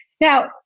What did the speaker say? now